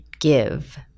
give